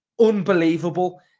unbelievable